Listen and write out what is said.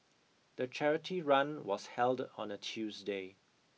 the charity run was held on a Tuesday